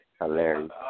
Hilarious